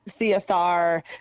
CSR